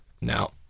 Now